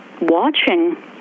watching